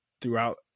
throughout